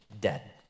dead